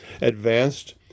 advanced